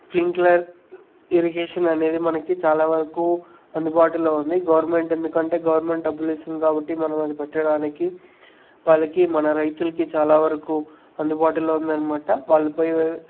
sprinkler irrigation అనేది మనకి చాలా వరకు అందుబాటులో ఉంది గవర్నమెంట్ ఎందుకంటే గవర్నమెంట్ డబ్బులు ఇస్తుంది కాబట్టి మనం అది పెట్టడానికి వాళ్ళకి మన రైతులకు చాలా వరకు అందుబాటులో ఉందనమాట వాళ్ళు పోయి